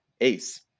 ace